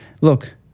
look